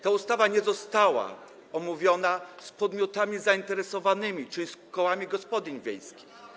Ta ustawa nie została omówiona z podmiotami zainteresowanymi, czyli z kołami gospodyń wiejskich.